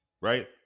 Right